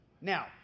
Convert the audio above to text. Now